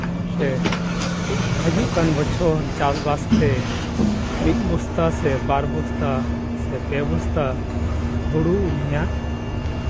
ᱥᱮ ᱦᱤᱡᱩᱜ ᱠᱟᱱ ᱵᱚᱪᱷᱚᱨ ᱪᱟᱥᱼᱵᱟᱥ ᱛᱮ ᱢᱤᱫ ᱵᱚᱥᱛᱟ ᱥᱮ ᱵᱟᱨ ᱵᱚᱥᱛᱟ ᱥᱮ ᱯᱮ ᱵᱚᱥᱛᱟ ᱦᱩᱲᱩ ᱩᱱᱤᱭᱟᱜ